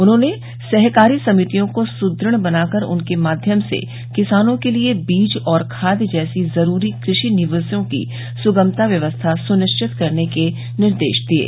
उन्होंने सहकारी समितियों को सुदृढ़ बनाकर उनके माध्यम से किसानों के लिये बीज और खाद जैसी जरूरी कृषि निवेशों की सुगमता व्यवस्था सुनिश्चित करने के भी निर्देश दिये